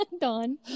Don